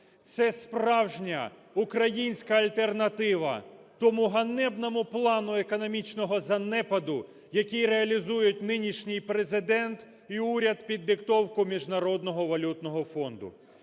Це справжня українська альтернатива тому ганебному плану економічного занепаду, який реалізують нинішній Президент і уряд під диктовку Міжнародного валютного фонду.